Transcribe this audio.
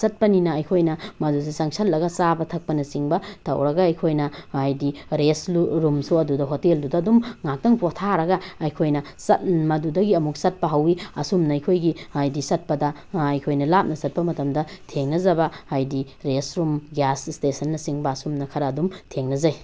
ꯆꯠꯄꯅꯤꯅ ꯑꯩꯈꯣꯏꯅ ꯃꯗꯨꯗ ꯆꯪꯁꯤꯜꯂꯒ ꯆꯥꯕ ꯊꯛꯄꯅꯆꯤꯡꯕ ꯇꯧꯔꯒ ꯑꯩꯈꯣꯏꯅ ꯍꯥꯏꯗꯤ ꯔꯦꯁ ꯔꯨꯝꯁꯨ ꯑꯗꯨꯗ ꯍꯣꯇꯦꯜꯗꯨꯗ ꯑꯗꯨꯝ ꯉꯥꯏꯍꯥꯛꯇꯪ ꯄꯣꯊꯥꯔꯒ ꯑꯩꯈꯣꯏꯅ ꯃꯗꯨꯗꯒꯤ ꯑꯃꯨꯛ ꯆꯠꯄ ꯍꯧꯏ ꯑꯁꯨꯝꯅ ꯑꯩꯈꯣꯏꯒꯤ ꯍꯥꯏꯗꯤ ꯆꯠꯄꯗ ꯑꯩꯈꯣꯏꯅ ꯂꯥꯞꯅ ꯆꯠꯄ ꯃꯇꯝꯗ ꯊꯦꯡꯅꯖꯕ ꯍꯥꯏꯗꯤ ꯔꯦꯁꯔꯨꯝ ꯒ꯭ꯌꯥꯁ ꯁ꯭ꯇꯦꯁꯟꯅꯆꯤꯡꯕ ꯑꯁꯨꯝꯅ ꯈꯔ ꯑꯗꯨꯝ ꯊꯦꯡꯅꯖꯩ